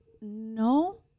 no